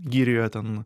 girioje ten